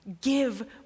Give